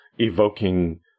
evoking